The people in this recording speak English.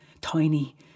tiny